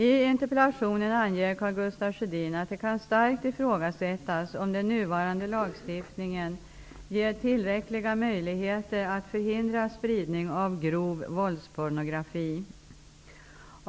I interpellationen anger Karl Gustaf Sjödin att det starkt kan ifrågasättas om den nuvarande lagstiftningen ger tillräckliga möjligheter att förhindra spridning av grov våldspornografi.